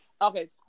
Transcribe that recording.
Okay